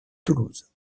toulouse